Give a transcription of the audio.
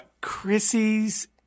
Chrissy's